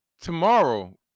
tomorrow